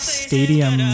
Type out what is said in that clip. stadium